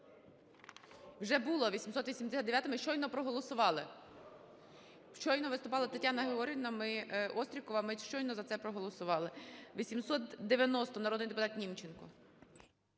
Вже була! 889-у ми щойно проголосували, щойно виступала Тетяна Георгіївна Острікова, ми щойно за це проголосували. 890, народний депутат Німченко.